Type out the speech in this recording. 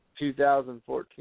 2014